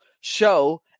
show